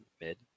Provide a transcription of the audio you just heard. mid